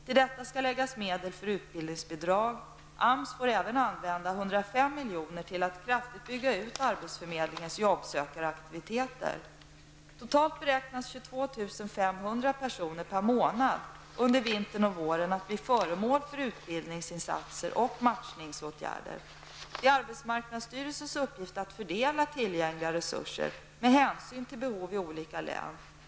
Till detta skall läggas medel för utbildningsbidrag. AMS får även använda 105 milj.kr. till att kraftigt bygga ut arbetsförmedlingens jobb-sökaraktiviteter. Totalt beräknas 22 500 personer per månad under vintern och våren bli föremål för utbildningsinsatser och matchningsåtgärder. Det är arbetsmarknadsstyrelsens uppgift att fördela tillgängliga resurser med hänsyn till behov i olika län.